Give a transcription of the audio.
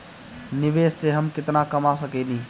निवेश से हम केतना कमा सकेनी?